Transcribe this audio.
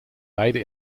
beide